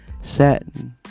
satin